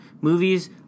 movies